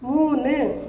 മൂന്ന്